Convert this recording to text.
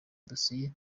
dossier